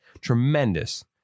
tremendous